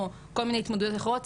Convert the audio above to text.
או כל מיני התמודדויות אחרות,